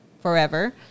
forever